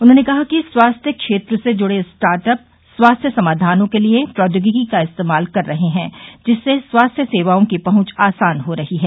उन्होंने कहा कि स्वास्थ्य क्षेत्र से जुडे स्टार्टअप स्वास्थ्य समाधानों के लिए प्रौद्योगिकी का इस्तेमाल कर रहे हैं जिससे स्वास्थ्य सेवाओं की पहुंच आसान हो रही है